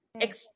ex